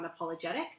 unapologetic